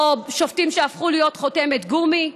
או שופטים שהפכו להיות חותמת גומי.